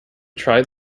tried